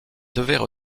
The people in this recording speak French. devaient